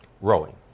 rowing